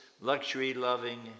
luxury-loving